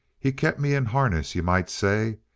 he kept me in harness, you might say,